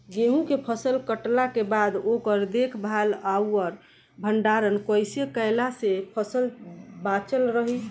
गेंहू के फसल कटला के बाद ओकर देखभाल आउर भंडारण कइसे कैला से फसल बाचल रही?